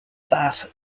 that